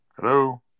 Hello